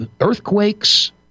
earthquakes